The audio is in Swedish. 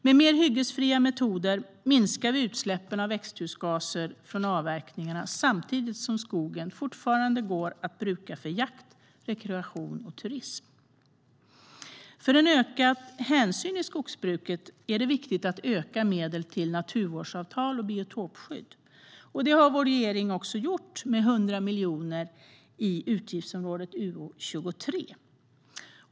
Med mer hyggesfria metoder minskar vi utsläppen av växthusgaser från avverkningarna samtidigt som skogen fortfarande går att bruka för jakt, rekreation och turism. För en ökad hänsyn i skogsbruket är det viktigt att öka medlen till naturvårdsavtal och biotopskydd, vilket vår regering också gjort med 100 miljoner i utgiftsområde 23.